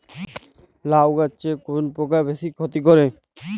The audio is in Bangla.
লাউ গাছে কোন পোকা বেশি ক্ষতি করে?